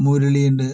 മുരളി ഉണ്ട്